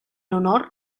honor